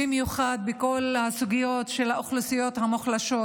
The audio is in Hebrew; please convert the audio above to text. במיוחד בכל הסוגיות של האוכלוסיות המוחלשות.